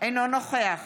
אינו נוכח